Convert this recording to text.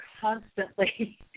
constantly